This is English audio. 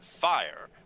Fire